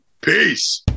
Peace